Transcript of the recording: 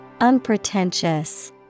Unpretentious